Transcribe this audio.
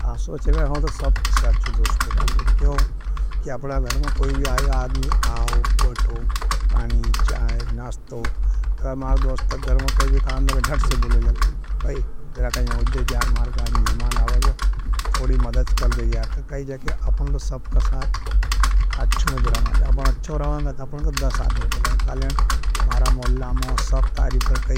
हाँ सोचे, हम तो सब से अच्छी दोस्ती राखवें। क्यों, कि अपड़ा धर्म कोई भी आया आदमी आओ, बठो, पानी, चाय, नास्तो। अगर मारे दोस्ते ग़र्म काई भी कहांगे, जट से बुले लेगे। जट से बुले लेगे। भी जरा कई ने आवे, महारों मेहमान आवेगों थोड़ी मद कर दिए। आपण अच्छा रहोगे तो मोहल्ला में सब काम करेंगे।